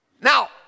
Now